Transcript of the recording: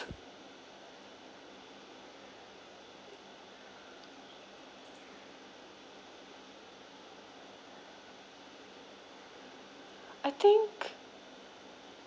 I think